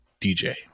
DJ